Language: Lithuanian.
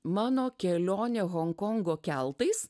mano kelionė honkongo keltais